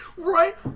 Right